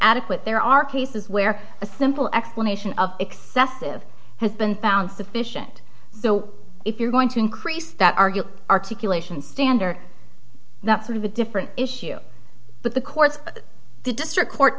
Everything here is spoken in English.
adequate there are cases where a simple explanation of excessive has been found sufficient so if you're going to increase that argument articulation standard that sort of a different issue but the courts the district court